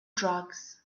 drugs